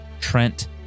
Trent